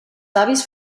avis